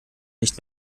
nicht